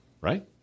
right